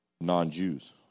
Non-Jews